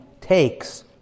takes